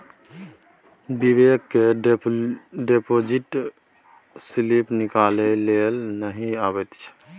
बिबेक केँ deposit slip निकालै लेल नहि अबैत छै